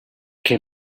che